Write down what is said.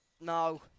No